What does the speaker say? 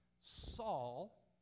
Saul